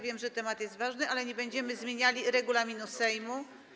Wiem, że temat jest ważny, ale nie będziemy zmieniali regulaminu Sejmu.